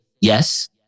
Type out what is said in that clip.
yes